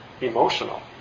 emotional